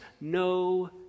no